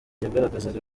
yagaragazaga